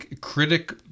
critic-